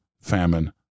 famine